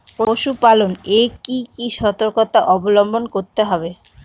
পশুপালন এ কি কি সর্তকতা অবলম্বন করতে হবে?